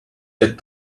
get